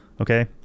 Okay